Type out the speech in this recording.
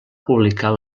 publicar